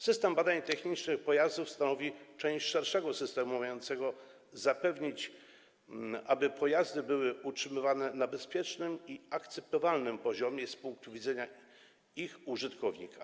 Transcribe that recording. System badań technicznych pojazdów stanowi część szerszego systemu mającego zapewnić, aby pojazdy były utrzymywane na bezpiecznym i akceptowalnym poziomie z punktu widzenia ich użytkownika.